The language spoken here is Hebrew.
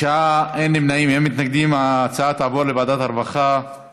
ההצעה להעביר את הנושא לוועדת העבודה,